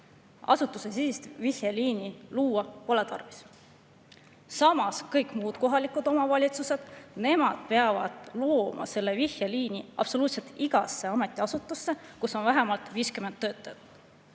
asutuste sees vihjeliini luua pole tarvis. Samas kõik muud kohalikud omavalitsused peavad looma selle vihjeliini absoluutselt igas ametiasutuses, kus on vähemalt 50 töötajat.